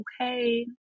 okay